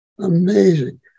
Amazing